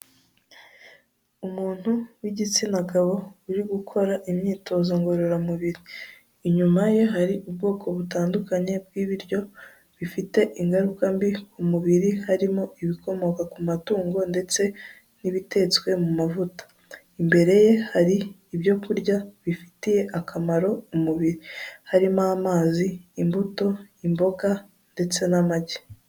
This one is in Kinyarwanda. Umuntu w'igitsina gabo uri gukora imyitozo ngororamubiri, inyuma ye hari ubwoko butandukanye bw'ibiryo bifite ingaruka mbi ku mubiri, harimo ibikomoka ku matungo ndetse n'ibitetswe mu mavuta, imbere ye hari ibyo kurya bifitiye akamaro umubiri harimo amazi, imbuto, imboga ndetse n'amagi.